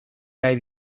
nahi